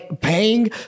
paying